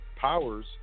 powers